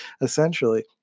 Essentially